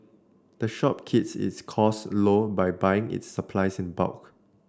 the shop keeps its costs low by buying its supplies in bulk